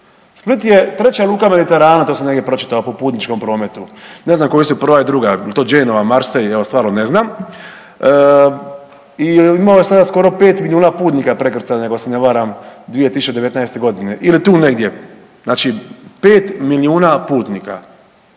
Split je 3 luka Mediterana to sam negdje pročitao po putničkom prometu, ne znam koje su 1 i 2, je li to Genova, Marseille evo stvarno ne znam i imamo sada skoro već 5 milijuna putnika prekrcaja ako se ne varam 2019. godine ili tu negdje. Znači 5 milijuna putnika.